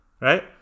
Right